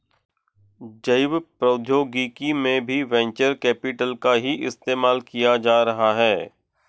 जैव प्रौद्योगिकी में भी वेंचर कैपिटल का ही इस्तेमाल किया जा रहा है